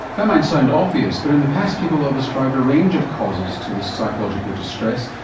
that might sound obvious, but in the past people have ascribed a range of causes to this psychological distress,